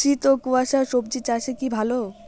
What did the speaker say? শীত ও কুয়াশা স্বজি চাষে কি ভালো?